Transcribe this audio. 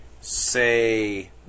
say